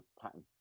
pattern